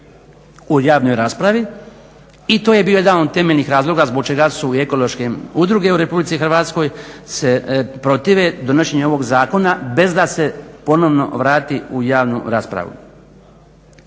u javnoj raspravi. I to je bio jedan od temeljnih razloga zbog čega su i ekološke udruge u RH se protive donošenju ovog zakona bez da se ponovno vrati u javnu raspravu.